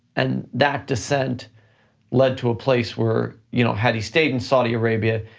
and that descent led to a place where you know had he stayed in saudi arabia,